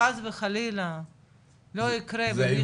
וחס וחלילה לא יקרה ומישהו,